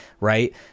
right